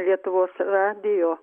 lietuvos radijo